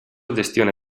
gestione